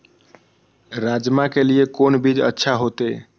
राजमा के लिए कोन बीज अच्छा होते?